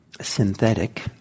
synthetic